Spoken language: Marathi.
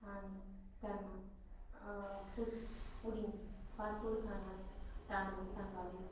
आणि त्यांना फूस फुडिंग फास्ट फूड खाण्यास टाळण्यास सांगावे